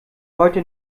heute